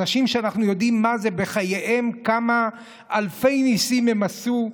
אנשים שאנחנו יודעים כמה בחייהם אלפי ניסים הם עשו,